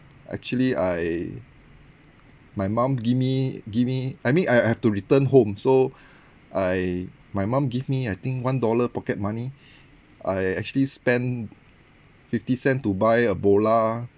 actually I my mum give me give me I mean I I have to return home so I my mum give me I think one dollar pocket money I actually spend fifty cent to buy a bola